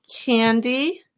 Candy